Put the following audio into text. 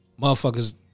motherfuckers